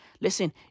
listen